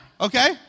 Okay